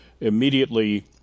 immediately